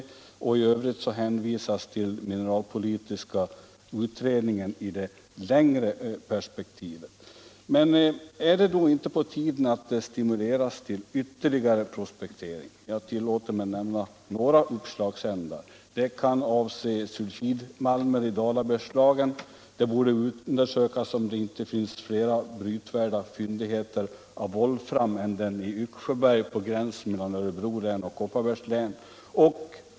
I fråga om det längre perspektivet hänvisades till mineralpolitiska utredningen. Är det då inte på tiden att man stimulerar till ytterligare prospektering? Jag tillåter mig nämna några uppslagsändar: Prospekteringen kan avse sulfidmalmer i Dalabergslagen. Det borde undersökas om det finns flera brytvärda fyndigheter av volfram än den i Yxsjöberg, på gränsen mellan Örebro län och Kopparbergs län.